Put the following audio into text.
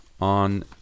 on